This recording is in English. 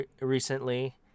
recently